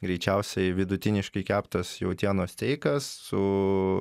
greičiausiai vidutiniškai keptas jautienos steikas su